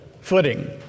footing